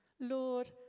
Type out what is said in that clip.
Lord